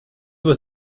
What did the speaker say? was